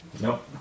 Nope